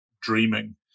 dreaming